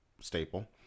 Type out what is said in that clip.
staple